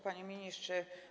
Panie Ministrze!